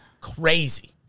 crazy